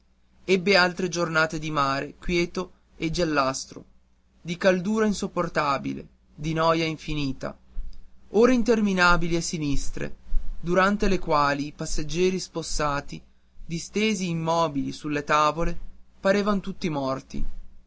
ebbe altre giornate di mare quieto e giallastro di caldura insopportabile di noia infinita ore interminabili e sinistre durante le quali i passeggeri spossati distesi immobili sulle tavole parevan tutti morti